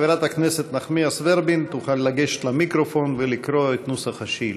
חברת הכנסת נחמיאס ורבין תוכל לגשת למיקרופון ולקרוא את נוסח השאילתה.